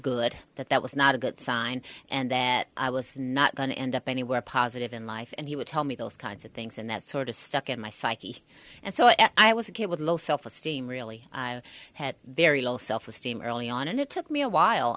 good that that was not a good sign and that i was not going to end up anywhere positive in life and he would tell me those kinds of things and that sort of stuck in my psyche and so i was a kid with low self esteem really i had very little self esteem early on and it took me a while